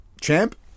champ